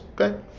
okay